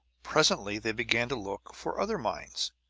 presently they began to look for other minds.